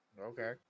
Okay